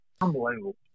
Unbelievable